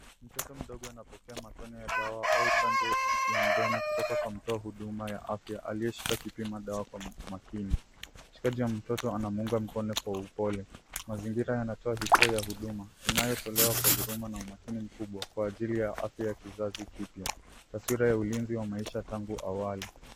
Mtoto mdogo anapokea matone ya dawa au chanjo ya mdomo kutoka kwa mtoa hudumu ya afya aliyeshika kipima dawa kwa umakini. Mshikaji wa mtoto anamuunga mkono kwa upole. Mazingira yanatoa hisia ya huduma inayotolewa kwa huruma na umakini mkubwa kwa ajili ya afya ya kizazi kipya. Taswira ya ulinzi wa maisha tangu wali.